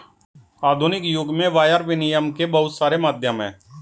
आधुनिक युग में वायर विनियम के बहुत सारे माध्यम हैं